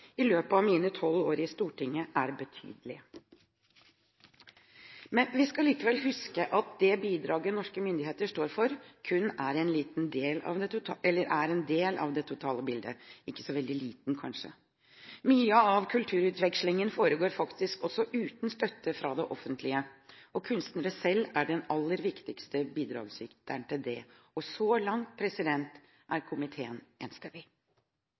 i løpet av mine tolv år i Stortinget, er betydelig. Men vi skal likevel huske at det bidraget norske myndigheter står for, kun er en liten del av det totale bildet – ikke så veldig liten kanskje. Mye av kulturutvekslingen foregår faktisk uten støtte fra det offentlige, og kunstnerne selv er den aller viktigste bidragsyteren til det. Så langt er komiteen enstemmig.